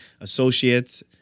Associates